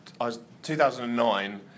2009